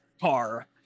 car